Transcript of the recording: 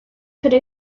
could